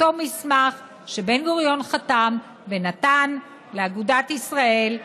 אותו מסמך שבן-גוריון חתם ונתן לאגודת ישראל דיבר,